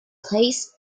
peace